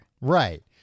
Right